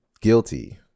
guilty